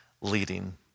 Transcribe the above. leading